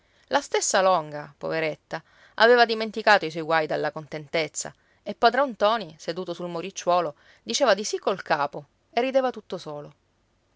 la stessa longa poveretta aveva dimenticato i suoi guai dalla contentezza e padron ntoni seduto sul muricciuolo diceva di sì col capo e rideva tutto solo